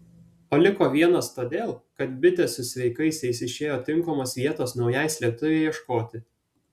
o liko vienas todėl kad bitė su sveikaisiais išėjo tinkamos vietos naujai slėptuvei ieškoti